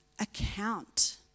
account